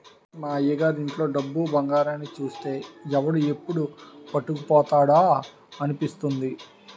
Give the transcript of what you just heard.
మా అయ్యగారి ఇంట్లో డబ్బు, బంగారాన్ని చూస్తే ఎవడు ఎప్పుడు పట్టుకుపోతాడా అనిపిస్తుంది